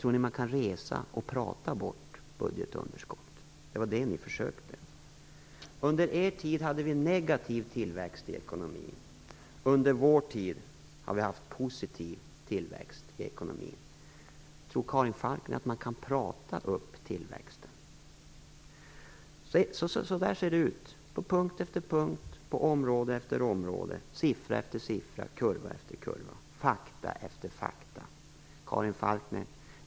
Tror ni att man kan resa och prata bort budgetunderskott? Det var det som ni försökte med. Under er tid hade vi negativ tillväxt i ekonomin. Under vår tid har vi haft positiv tillväxt i ekonomin. Tror Karin Falkmer att man kan prata upp tillväxten? Så där ser det ut på punkt efter punkt, på område efter område, siffra efter siffra, kurva efter kurva, fakta efter fakta.